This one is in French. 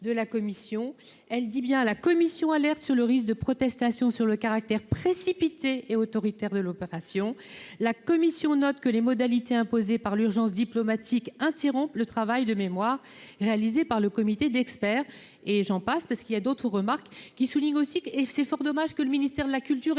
de la commission, elle dit bien la commission alerte sur le risque de protestation sur le caractère précipité et autoritaire de l'opération, la Commission note que les modalités imposées par l'urgence diplomatique interrompre le travail de mémoire réalisé par le comité d'experts, et j'en passe, parce qu'il y a d'autres remarques qui souligne aussi que, et c'est fort dommage que le ministère de la culture